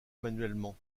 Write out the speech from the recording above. manuellement